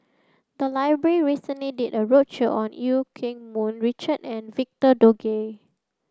the library recently did a roadshow on Eu Keng Mun Richard and Victor Doggett